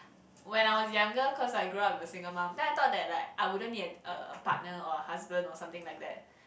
when I was younger cause I grew up with a single mum then I thought that like I wouldn't need a a partner or a husband or something like that